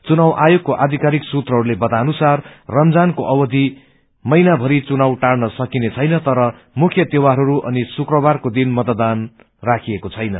चुनाव आयोगको आधिकारिक सूत्रहरूले बताएअनुसार रमजानको अवधि महिना भरि चुनाव र्टान सकिनेछैन तर मुख्य त्योह्वरहरू अनि शुक्बारको दिन मतदान राखिएको छैन